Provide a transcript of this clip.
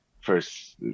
first